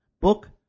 book